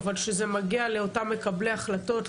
אבל כשזה מגיע לאותם מקבלי החלטות,